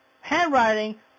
handwriting